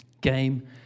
game